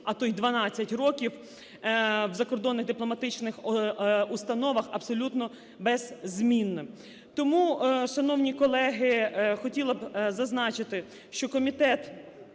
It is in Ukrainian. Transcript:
а то і 12 років в закордонних дипломатичних установах абсолютно без зміни. Тому, шановні колеги, хотіла б зазначити, що комітет